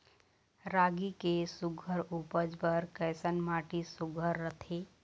रागी के सुघ्घर उपज बर कैसन माटी सुघ्घर रथे?